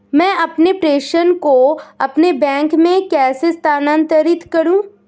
मैं अपने प्रेषण को अपने बैंक में कैसे स्थानांतरित करूँ?